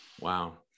Wow